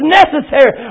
necessary